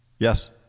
Yes